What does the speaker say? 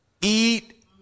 eat